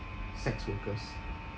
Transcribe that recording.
sex workers